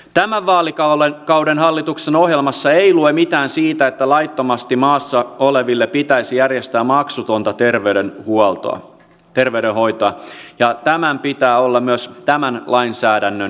tämän vaalikauden hallituksen ohjelmassa ei lue mitään siitä että laittomasti maassa oleville pitäisi järjestää maksutonta terveydenhoitoa ja tämän pitää olla myös tämän lainsäädännön henki